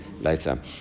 later